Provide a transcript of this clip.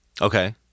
okay